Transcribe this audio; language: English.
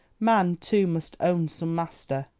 man, too, must own some master.